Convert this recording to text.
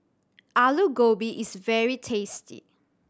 Alu Gobi is very tasty